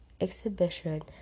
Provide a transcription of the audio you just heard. exhibition